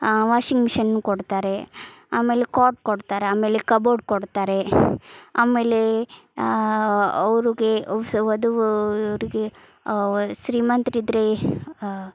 washing ಮಿಷೆನ್ನು ಕೊಡ್ತಾರೆ ಆಮೇಲೆ ಕ್ವಾಟ್ ಕೊಡ್ತಾರೆ ಆಮೇಲೆ ಕಬೋರ್ಡ್ ಕೊಡ್ತಾರೆ ಆಮೇಲೆ ಅವ್ರಿಗೆ ವಧು ಇವರಿಗೆ ಶ್ರೀಮಂತ್ರ್ ಇದ್ದರೆ